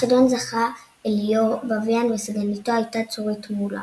בחידון זכה אליאור בביאן וסגניתו הייתה צורית מולה.